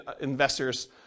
investors